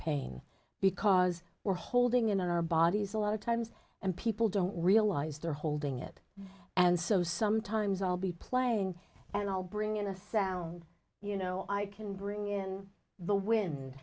pain because we're holding in our bodies a lot of times and people don't realize they're holding it and so sometimes i'll be playing and i'll bring in the sound you know i can bring in the wind